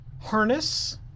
harness